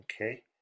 okay